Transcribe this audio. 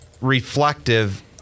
reflective